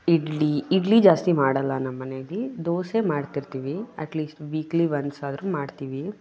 ಇಡ್ಲಿ ಇಡ್ಲಿ ಜಾಸ್ತಿ ಮಾಡೋಲ್ಲ ನಮ್ಮ ಮನೆಯಲ್ಲಿ ದೋಸೆ ಮಾಡ್ತಿರ್ತೀವಿ ಅಟ್ಲೀಸ್ಟ್ ವೀಕ್ಲಿ ಒನ್ಸ್ ಆದರೂ ಮಾಡ್ತೀವಿ